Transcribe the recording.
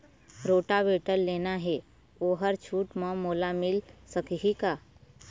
Rotavator लेना हे ओहर छूट म मोला मिल सकही का?